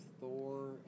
Thor